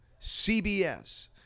CBS